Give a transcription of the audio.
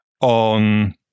on